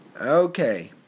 Okay